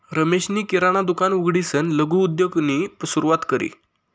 रमेशनी किराणा दुकान उघडीसन लघु उद्योगनी सुरुवात करी